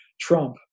Trump